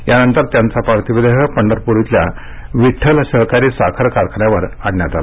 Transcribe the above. यानंतर त्यांचा पार्थिव देह पंढरपूर इथल्या विठ्ठल सहकारी साखर कारखान्यावर आणण्यात आला